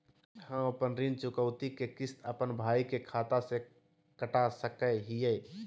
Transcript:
हम अपन ऋण चुकौती के किस्त, अपन भाई के खाता से कटा सकई हियई?